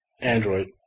Android